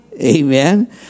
amen